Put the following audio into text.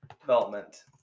development